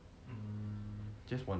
just one